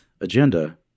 agenda